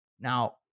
Now